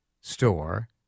store